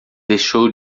deixou